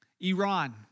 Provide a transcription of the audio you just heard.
Iran